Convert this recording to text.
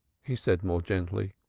he said more gently.